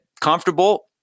comfortable